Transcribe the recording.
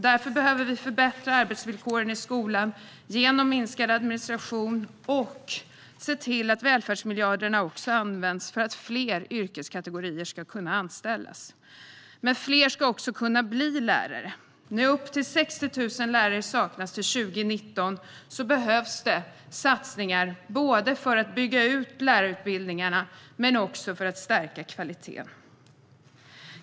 Därför behöver vi förbättra arbetsvillkoren i skolan genom minskad administration och genom att se till att välfärdsmiljarderna också används för att fler yrkeskategorier ska kunna anställas. Fler ska också kunna bli lärare. När upp till 60 000 lärare saknas till 2019 behövs det satsningar både för att bygga ut lärarutbildningarna och för att stärka kvaliteten.